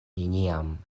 neniam